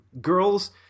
Girls